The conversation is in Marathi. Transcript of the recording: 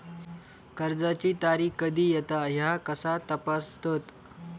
कर्जाची तारीख कधी येता ह्या कसा तपासतत?